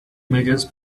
images